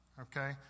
okay